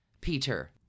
peter